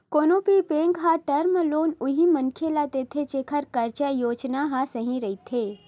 कोनो भी बेंक ह टर्म लोन उही मनखे ल देथे जेखर कारज योजना ह सही रहिथे